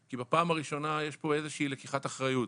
כי בפעם הראשונה יש פה איזושהי לקיחת אחריות.